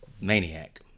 maniac